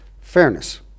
fairness